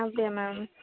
okay ma'am